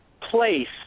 place